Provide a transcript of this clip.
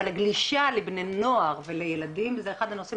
אבל הגלישה לבני נוער ולילדים זה אחד הדברים,